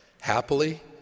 Happily